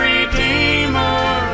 Redeemer